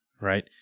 right